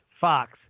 Fox